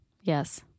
Yes